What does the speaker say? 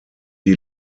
die